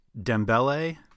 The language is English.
Dembele